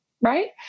right